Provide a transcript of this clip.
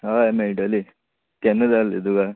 हय मेळटली केन्ना जाय आल्ही तुका